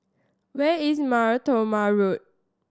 where is Mar Thoma Road